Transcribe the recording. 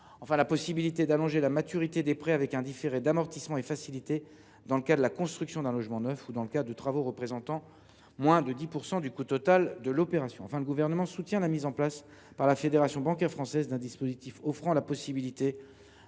la possibilité d’allonger la maturité des prêts avec un différé d’amortissement est facilitée dans le cas de la construction d’un logement neuf ou dans le cas de travaux dont le montant s’élève à moins de 10 % du coût total de l’opération. Le Gouvernement soutient enfin la mise en place par la Fédération bancaire française d’un dispositif offrant la possibilité